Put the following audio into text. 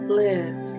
live